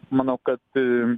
manau kad